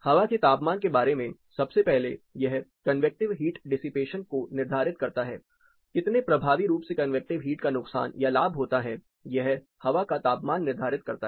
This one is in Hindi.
हवा के तापमान के बारे में सबसे पहले यह कन्वेक्टिव हीट डिसिपेशन को निर्धारित करता है कितने प्रभावी रूप से कन्वेक्टिव हीट का नुकसान या लाभ होता है यह हवा का तापमान निर्धारित करता है